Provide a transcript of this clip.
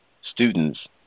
students